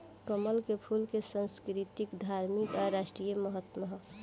कमल के फूल के संस्कृतिक, धार्मिक आ राष्ट्रीय महत्व ह